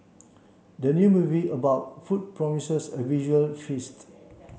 the new movie about food promises a visual feast